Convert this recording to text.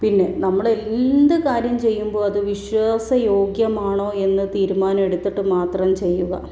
പിന്നെ നമ്മളെന്ത് കാര്യം ചെയ്യുമ്പോൾ അത് വിശ്വാസയോഗ്യമാണോ എന്ന് തീരുമാനം എടുത്തിട്ട് മാത്രം ചെയ്യുക